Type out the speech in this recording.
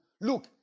Look